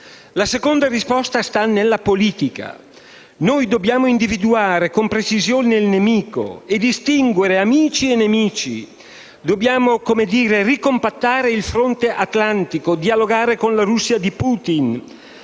La seconda risposta sta nella politica. Dobbiamo individuare con precisione il nemico e distinguere amici e nemici. Dobbiamo ricompattare il fronte atlantico, dialogare con la Russia di Putin,